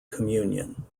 communion